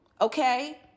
Okay